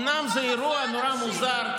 אומנם זה אירוע נורא מוזר,